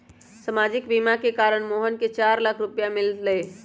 सामाजिक बीमा के कारण मोहन के चार लाख रूपए मिल लय